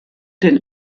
den